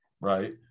right